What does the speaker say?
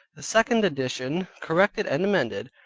the second addition corrected and amended.